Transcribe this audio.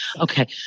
Okay